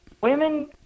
Women